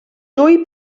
dwy